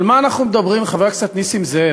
על מה אנחנו מדברים, חבר הכנסת נסים זאב?